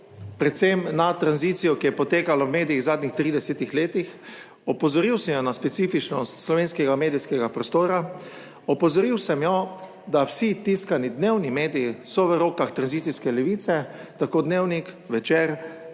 predvsem na tranzicijo, ki je potekala v medijih v zadnjih 30 letih, opozoril sem jo na specifičnost slovenskega medijskega prostora, opozoril sem jo, da vsi tiskani dnevni mediji so v rokah tranzicijske levice, tako Dnevnik, Večer,